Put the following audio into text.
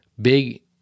Big